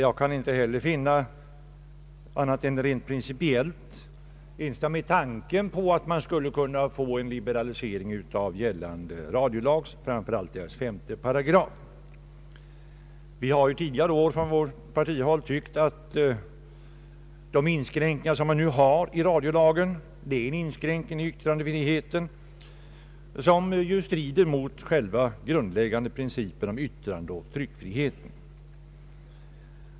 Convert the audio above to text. Jag kan inte heller annat än rent principiellt instämma i tanken att man skulle kunna få en liberalisering av gällande radiolag, framför allt dess § 5. Vi har tidigare från vårt parti ansett att inskränkningen i radiolagen är en inskränkning i yttrandefriheten som strider mot själva den grundläggande principen om yttrandeoch tryckfrihet.